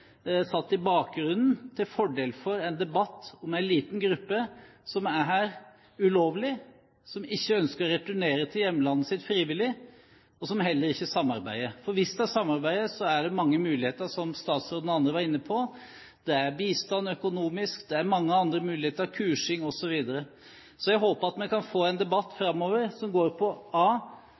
satt i bakgrunnen til fordel for en debatt om en liten gruppe som er her ulovlig, som ikke ønsker å returnere til hjemlandet sitt frivillig, og som heller ikke samarbeider, for hvis de samarbeider, er det mange muligheter, som statsråden og andre var inne på. Det er bistand økonomisk, det er mange andre muligheter som kursing, osv. Jeg håper at vi kan få en debatt fremover som går på: